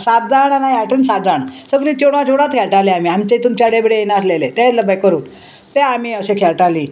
सात जाण आनी हेवटेन सात जाण सगळीं चेडवां चेडवांच खेळटालीं आमी आमचे हितून चेडे बिडे येयनासलेले ते लबे करून ते आमी अशें खेळटाली